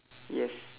yes